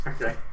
okay